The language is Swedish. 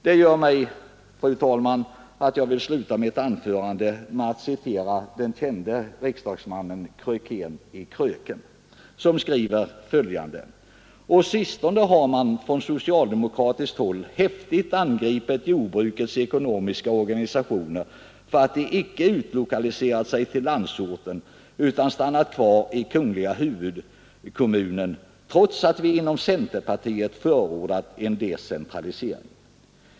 Det gör, fru talman, att jag vill sluta mitt anförande med att citera den kände riksdagsmannen Krökén i Kröken som skriver följande: ”Å sistone har man från socialdemokratiskt håll häftigt angripit jordbrukets ekonomiska organisationer för att de icke utlokaliserat sig till landsorten utan stannat kvar i k. huvudkommunen, trots att vi inom centerpartiet förordar en decentralisering.